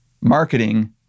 marketing